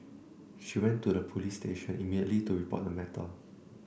she went to a police station immediately to report the matter